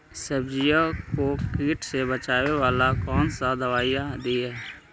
सब्जियों को किट से बचाबेला कौन सा दबाई दीए?